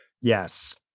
yes